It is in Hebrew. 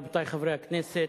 רבותי חברי הכנסת,